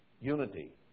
Unity